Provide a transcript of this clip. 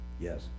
Yes